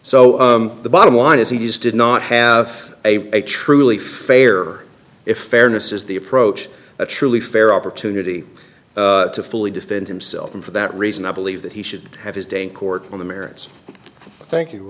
so the bottom line is he's did not have a truly fair if fairness is the approach a truly fair opportunity to fully defend himself and for that reason i believe that he should have his day in court on the merits thank you